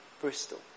Bristol